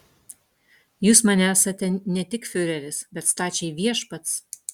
jūs man esate ne tik fiureris bet stačiai viešpats